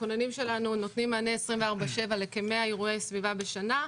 הכוננים שלנו נותנים מענה 24/7 לכ-100 אירועי סביבה בשנה,